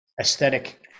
aesthetic